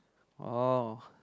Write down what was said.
oh